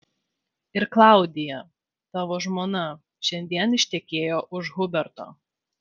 ir klaudija tavo žmona šiandien ištekėjo už huberto